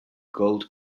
gold